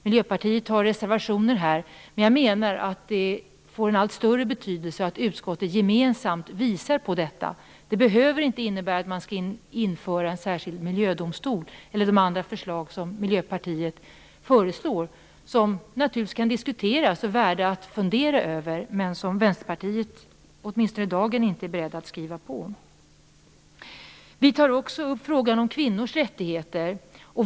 Miljöpartiet har reservationer här, men jag menar att det får en allt större betydelse att utskottet gemensamt visar på detta. Det behöver inte innebära att man skall införa en särskild miljödomstol eller de andra sakerna som Miljöpartiet föreslår. Dessa förslag kan naturligtvis diskuteras och vara värda att fundera över, men Vänsterpartiet är åtminstone för dagen inte berett att skriva under på dem. Vi tar också upp frågan om kvinnors rättigheter.